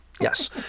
Yes